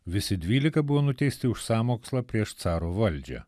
visi dvylika buvo nuteisti už sąmokslą prieš caro valdžią